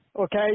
Okay